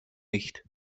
nicht